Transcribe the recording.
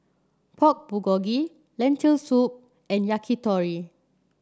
Pork Bulgogi Lentil Soup and Yakitori